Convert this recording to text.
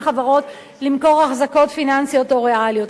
חברות למכור אחזקות פיננסיות או ריאליות.